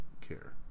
care